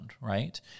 right